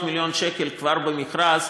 המדינה הייתה מוכנה לשים 700 מיליון שקל כבר במכרז,